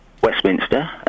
Westminster